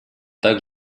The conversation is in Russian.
так